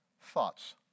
thoughts